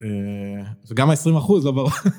זה גם ה-20% לא ברור.